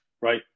right